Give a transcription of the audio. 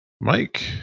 Mike